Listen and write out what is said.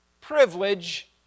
privilege